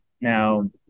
Now